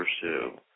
pursue